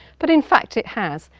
but in fact it has,